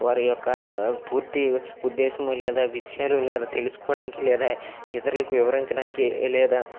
వారి యొక్క పూర్తి ఉద్దేశం లేదా విషయాలు లేదా తెలుసుకోవడానికి లేదా ఇతరులకు వివరించడానికి లేదా